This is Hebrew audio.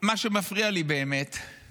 שמה שמפריע לי באמת הוא